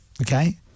okay